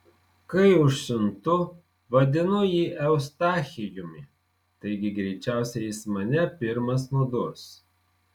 kai užsiuntu vadinu jį eustachijumi taigi greičiausiai jis mane pirmas nudurs